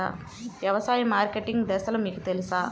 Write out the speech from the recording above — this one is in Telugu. వ్యవసాయ మార్కెటింగ్ దశలు మీకు తెలుసా?